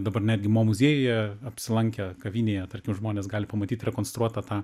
dabar netgi mo muziejuje apsilankę kavinėje tarkim žmonės gali pamatyt rekonstruotą